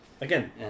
Again